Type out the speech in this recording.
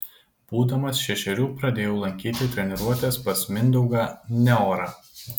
būdamas šešerių pradėjau lankyti treniruotes pas mindaugą neorą